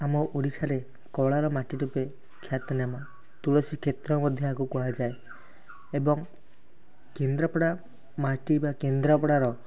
ଆମ ଓଡ଼ିଶାରେ କଳାର ମାଟି ରୂପେ ଖ୍ୟାତିନାମ ତୁଳସୀ କ୍ଷେତ୍ର ମଧ୍ୟ ଆକୁ କୁହାଯାଏ ଏବଂ କେନ୍ଦ୍ରାପଡ଼ା ମାଟି ବା କେନ୍ଦ୍ରାପଡ଼ାର